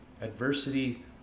adversity